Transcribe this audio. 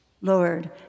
Lord